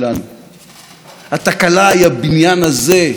התקלה היא הממשלה שמכהנת פה.